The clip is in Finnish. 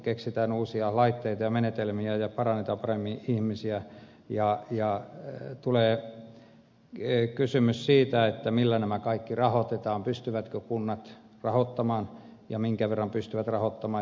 keksitään uusia laitteita ja menetelmiä ja parannetaan paremmin ihmisiä ja tulee kysymys siitä millä nämä kaikki rahoitetaan pystyvätkö kunnat rahoittamaan ja minkä verran pystyvät rahoittamaan